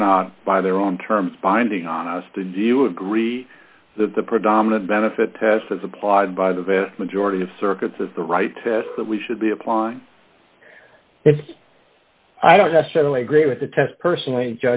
they're not by their own terms binding on us to do you agree that the predominant benefit test as applied by the vast majority of circuits is the right test that we should be applying it i don't necessarily agree with the test personally